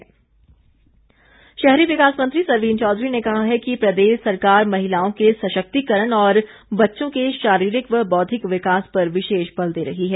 सरवीण चौधरी शहरी विकास मंत्री सरवीण चौधरी ने कहा है कि प्रदेश सरकार महिलाओं के सशक्तिकरण और बच्चों के शारीरिक व बौद्धिक विकास पर विशेष बल दे रही है